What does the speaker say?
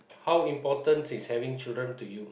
how important is having children to you